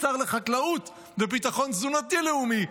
שר לחקלאות ולביטחון תזונתי לאומי.